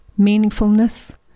Meaningfulness